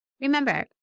Remember